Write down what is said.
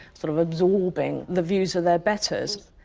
sort of absorbing the views of their betters.